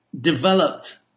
developed